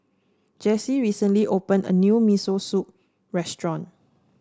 Jessy recently opened a new Miso Soup restaurant